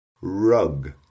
Rug